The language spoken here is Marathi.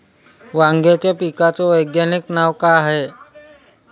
वांग्याच्या पिकाचं वैज्ञानिक नाव का हाये?